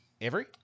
avery